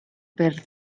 per